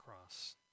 cross